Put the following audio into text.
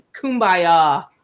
kumbaya